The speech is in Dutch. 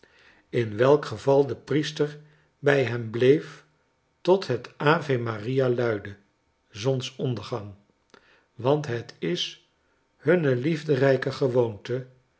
in welkgeval de priester bij hem bleef tot het ave maria luidde zonsondergang want het is hunne liefderijke gewoonte